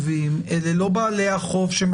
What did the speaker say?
השאלה היא גם מה בדיוק,